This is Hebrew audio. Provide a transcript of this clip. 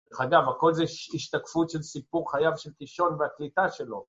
דרך אגב, הכל זה השתקפות של סיפור חייו של קישון והקליטה שלו.